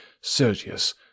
sergius